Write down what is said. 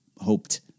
hoped